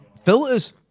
filters